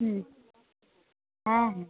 হুম হ্যাঁ হ্যাঁ